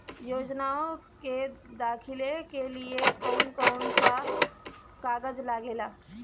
योजनाओ के दाखिले के लिए कौउन कौउन सा कागज लगेला?